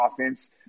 offense